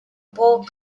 pork